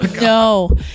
No